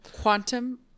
Quantum